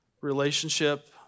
relationship